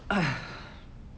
!aiya!